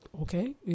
okay